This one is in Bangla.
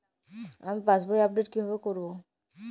আমি পাসবই আপডেট কিভাবে করাব?